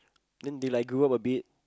then they like grew up a bit